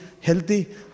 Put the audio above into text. healthy